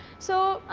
so,